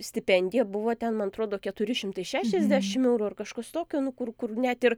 stipendija buvo ten man atrodo keturi šimtai šešiasdešim eurų ar kažkas tokio nu kur kur net ir